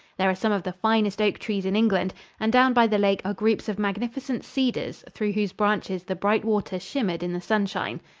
there are some of the finest oak trees in england and down by the lake are groups of magnificent cedars through whose branches the bright water shimmered in the sunshine.